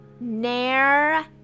Nair